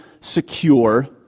secure